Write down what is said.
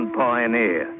pioneer